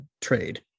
trade